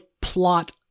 plot